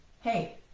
Hey